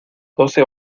doce